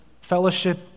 fellowship